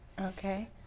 Okay